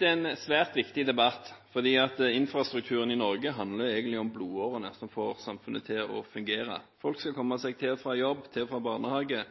en svært viktig debatt fordi infrastrukturen i Norge egentlig handler om blodårene som får samfunnet til å fungere. Folk skal komme seg til og fra jobb, til og fra barnehage